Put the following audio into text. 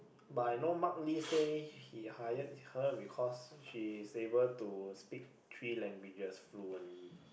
but I know mark-lee say he hired her because she is able to speak three languages fluently